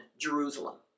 Jerusalem